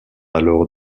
alors